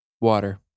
Water